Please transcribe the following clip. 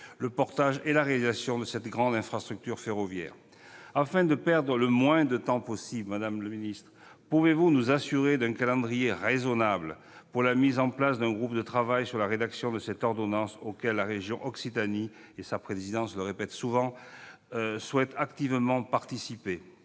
le portage et la réalisation de cette grande infrastructure ferroviaire. Afin de perdre le moins de temps possible, pouvez-vous nous assurer d'un calendrier raisonnable pour la mise en place d'un groupe de travail sur la rédaction de cette ordonnance auquel la région Occitanie- sa présidente le répète souvent - souhaite activement participer ?